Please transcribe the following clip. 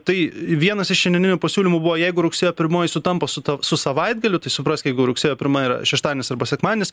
tai vienas iš šiandieninių pasiūlymų buvo jeigu rugsėjo pirmoji sutampa su su savaitgaliu tai suprask jeigu rugsėjo pirma yra šeštadienis arba sekmadienis